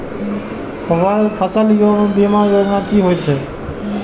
फसल बीमा योजना कि होए छै?